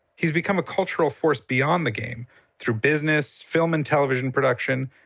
he's become a cultural force beyond the game through business, film and television production,